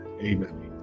Amen